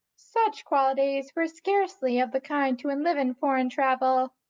such qualities were scarcely of the kind to enliven foreign travel,